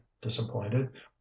disappointed